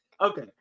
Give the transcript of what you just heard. Okay